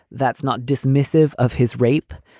that's not dismissive of his rape,